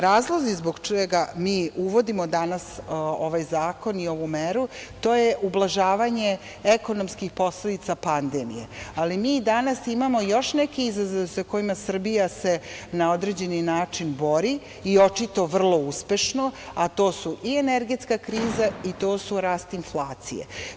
Razlozi zbog čega mi uvodimo danas ovaj zakon i ovu meru, to je ublažavanje ekonomskih posledica pandemije, ali mi danas imamo još neki izazov sa kojim se Srbija na određeni način bori i očito vrlo uspešno, a to su i energetska kriza, to je i rast inflacije.